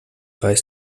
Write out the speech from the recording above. weiß